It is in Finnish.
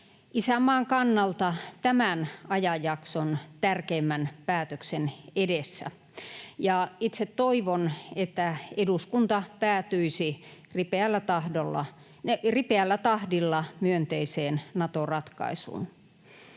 isänmaan kannalta tämän ajanjakson tärkeimmän päätöksen edessä. Itse toivon, että eduskunta päätyisi ripeällä tahdilla myönteiseen Nato-ratkaisuun.